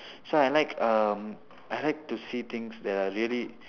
so I like um I like to see things that are really